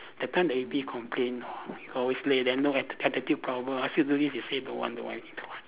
that time the A B complain always late then no atti~ attitude problem I still don't need to say don't want don't want don't want